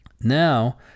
Now